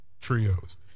trios